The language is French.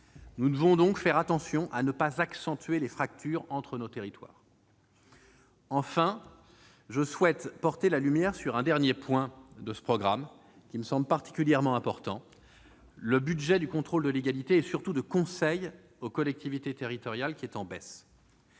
Nous devons donc faire attention à ne pas accentuer les fractures entre nos territoires. Enfin, je souhaite porter la lumière sur un dernier point de ce programme, qui me semble particulièrement important : la baisse du budget du contrôle de légalité et, surtout, du conseil aux collectivités territoriales. Cette activité